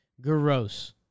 gross